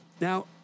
Now